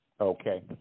Okay